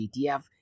ETF